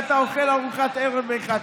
אתה אוכל ארוחת ערב ב-23:00.